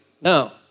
no